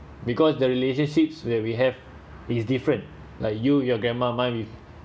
because the relationships where we have is different like you your grandma mine with